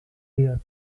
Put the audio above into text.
here